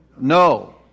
No